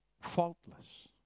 faultless